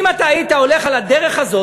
אם אתה היית הולך בדרך הזאת,